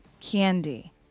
candy